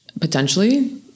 Potentially